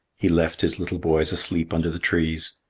he left his little boys asleep under the trees.